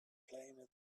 planet